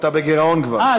אתה בגירעון כבר,